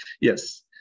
Yes